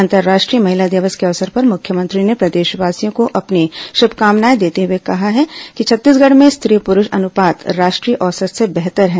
अंतर्राष्ट्रीय महिला दिवस के अवसर पर मुख्यमंत्री ने प्रदेशवासियों को अपनी शुभकामनाएं देते हुए कहा कि छत्तीसगढ़ में स्त्री प्रूष अनुपात राष्ट्रीय औसत से बेहतर है